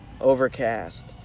Overcast